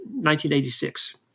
1986